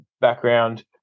background